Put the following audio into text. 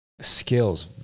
skills